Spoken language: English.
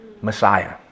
Messiah